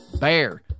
BEAR